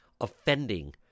offending